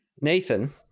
Nathan